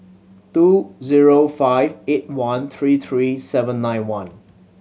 two zero five eight one three three seven nine one